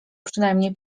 przynajmniej